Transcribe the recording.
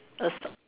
a